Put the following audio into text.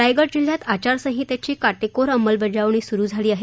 रायगड जिल्ह्यात आचारसंहितेची काटेकोर अंमलबजावणी सुरु झाली आहे